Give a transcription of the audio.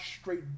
straight